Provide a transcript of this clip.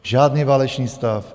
Žádný válečný stav.